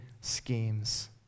schemes